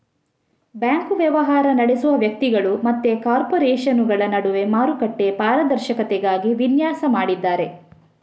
bank ವ್ಯವಹಾರ ನಡೆಸುವ ವ್ಯಕ್ತಿಗಳು ಮತ್ತೆ ಕಾರ್ಪೊರೇಷನುಗಳ ನಡುವೆ ಮಾರುಕಟ್ಟೆ ಪಾರದರ್ಶಕತೆಗಾಗಿ ವಿನ್ಯಾಸ ಮಾಡಿದ್ದಾರೆ